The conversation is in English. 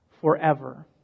forever